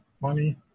money